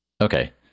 Okay